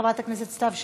חברת הכנסת סתיו שפיר,